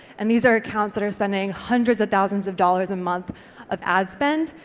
and these are accounts that are spending hundreds of thousands of dollars a month of ad spend,